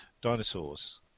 dinosaurs